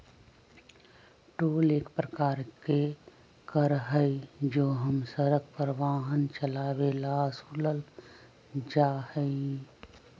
toll एक प्रकार के कर हई जो हम सड़क पर वाहन चलावे ला वसूलल जाहई